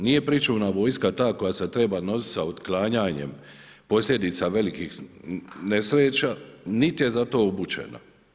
Nije pričuvna vojska ta koja se treba nositi sa otklanjanjem posljedica velikih nesreća niti je za to obučena.